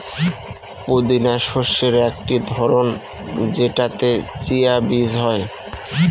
পুদিনা শস্যের একটি ধরন যেটাতে চিয়া বীজ হয়